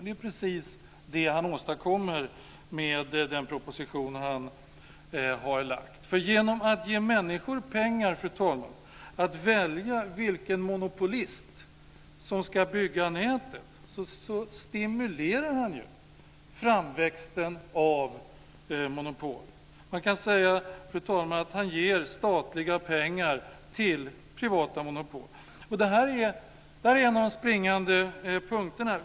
Det är precis det han åstadkommer med den proposition han har lagt fram. Genom att ge människor pengar, fru talman, för att välja vilken monopolist som ska bygga nätet stimulerar han ju framväxten av monopol. Man kan säga, fru talman, att han ger statliga pengar till privata monopol. Det är en av de springande punkterna.